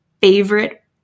favorite